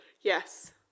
Yes